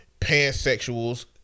pansexuals